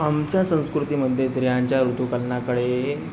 आमच्या संस्कृतीमध्ये स्त्रियांच्या ऋतूकलनाकडे